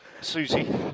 Susie